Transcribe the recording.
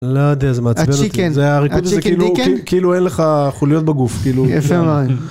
לא יודע, זה מעצבן אותי. זה היה ריקוד שזה כאילו, כאילו אין לך חוליות בגוף, כאילו...